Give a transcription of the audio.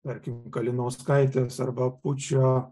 tarkim kalinauskaitės arba apučio